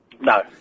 No